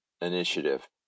initiative